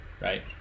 Right